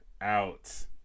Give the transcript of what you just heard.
out